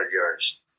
yards